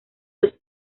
los